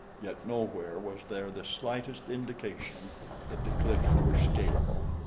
yet nowhere was there the slightest indication that the cliffs were scalable.